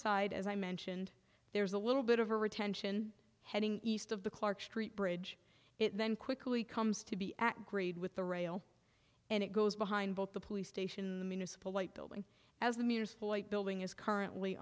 side as i mentioned there's a little bit of a retention heading east of the clark street bridge it then quickly comes to be at grade with the rail and it goes behind both the police station municipal light building as the municipal building is currently